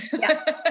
Yes